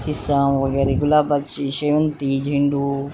सीसम वगैरे गुलाबाची शेवंती झेंडू